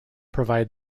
provide